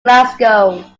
glasgow